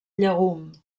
llegum